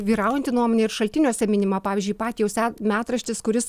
vyraujanti nuomonė ir šaltiniuose minima pavyzdžiui ipatijaus metraštis kuris